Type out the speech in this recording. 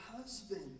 husband